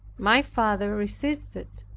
my father resisted.